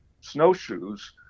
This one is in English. snowshoes